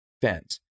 fans